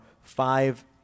five